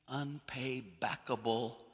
unpaybackable